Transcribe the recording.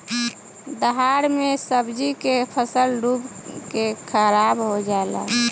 दहाड़ मे सब्जी के फसल डूब के खाराब हो जला